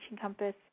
compass